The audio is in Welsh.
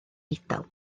eidal